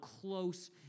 close